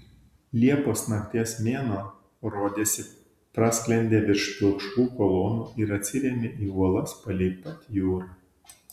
liepos nakties mėnuo rodėsi prasklendė virš pilkšvų kolonų ir atsirėmė į uolas palei pat jūrą